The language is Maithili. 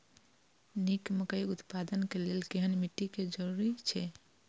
निक मकई उत्पादन के लेल केहेन मिट्टी के जरूरी छे?